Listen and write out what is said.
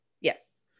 Yes